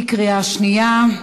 בקריאה שנייה.